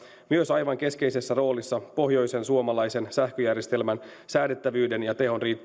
aivan keskeisessä roolissa pohjoisen suomalaisen sähköjärjestelmän säädettävyyden ja tehon riittävyyden kannalta